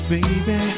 Baby